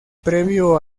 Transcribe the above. previo